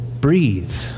breathe